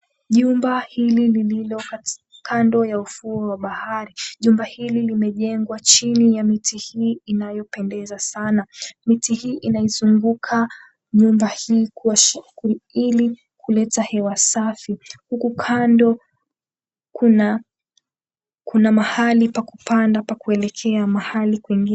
Jumba hili lililo katika kando ya ufuo wa bahari. Jumba hili limejengwa chini ya miti hii inayopendeza sana, miti hii inaizunguka nyumba hii ili kuleta hewa safi huku kando kuna mahali pa kupanda pa kuelekea mahali kwingine.